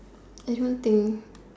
I don't think